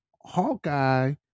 Hawkeye